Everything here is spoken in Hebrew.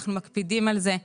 אנחנו מקפידים על זה.